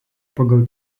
pagal